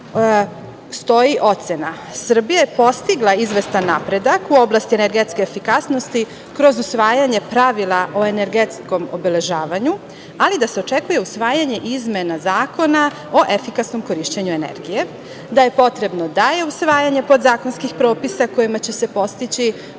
stoji ocena Srbija je postigla izvestan napredak u oblasti energetske efikasnosti kroz usvajanje pravila o energetskom obeležavanju, ali da se očekuje usvajanje izmena zakona o efikasnom korišćenju energije, da je potrebno dalje usvajanje podzakonskih propisa, kojima će se postići